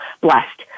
blessed